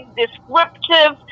descriptive